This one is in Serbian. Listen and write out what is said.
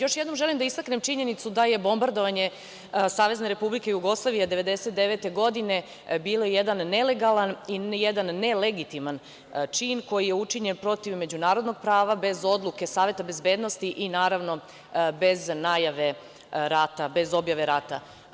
Još jednom želim da istaknem činjenicu da je bombardovanje Savezne Republike Jugoslavije 1999. godine bila jedan nelegalan i jedan nelegitiman čin koji je učinjen protiv međunarodnog prava bez odluke Saveta bezbednosti i naravno bez najave rata, bez objave rata.